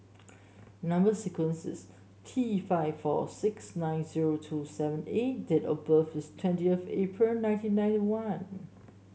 number sequence is T five four six nine zero two seven A date of birth is twentieth April nineteen ninety one